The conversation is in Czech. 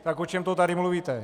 Tak o čem to tady mluvíte?